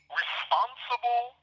responsible